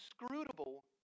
inscrutable